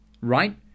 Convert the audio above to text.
Right